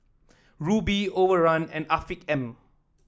Rubi Overrun and Afiq M